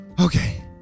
Okay